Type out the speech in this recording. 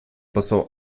посол